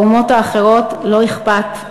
לאומות האחרות לא אכפת.